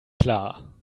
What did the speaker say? klar